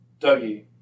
Dougie